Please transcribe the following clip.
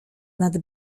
nad